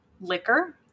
liquor